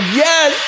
yes